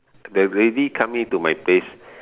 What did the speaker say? the lady come in to my place